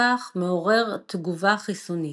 ובכך מעורר תגובה חיסונית.